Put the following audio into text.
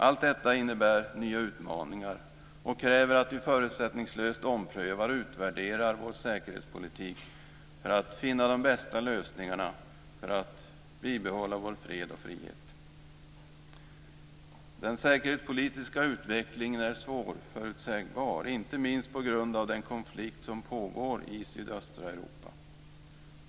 Allt detta innebär nya utmaningar och kräver att vi förutsättningslöst omprövar och utvärderar vår säkerhetspolitik för att finna de bästa lösningarna för att bibehålla vår fred och frihet. Den säkerhetspolitiska utvecklingen är svårförutsägbar, inte minst på grund av den konflikt som pågår i sydöstra Europa.